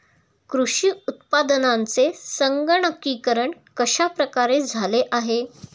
कृषी उत्पादनांचे संगणकीकरण कश्या प्रकारे झाले आहे?